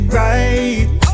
right